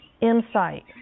insight